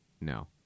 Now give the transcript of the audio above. No